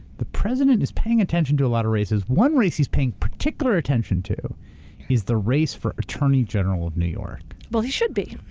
the president is paying attention to a lot of races. one race he's paying particular attention to is the race for attorney general of new york. well he should be.